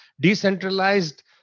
decentralized